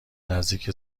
نزدیک